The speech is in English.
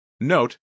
Note